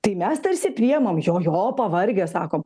tai mes tarsi priimam jo jo pavargę sakom